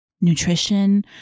nutrition